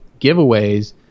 giveaways